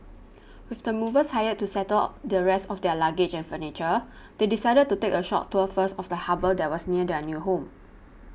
with the movers hired to settle the rest of their luggage and furniture they decided to take a short tour first of the harbour that was near their new home